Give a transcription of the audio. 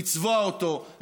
לצבוע אותו,